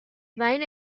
این